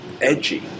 edgy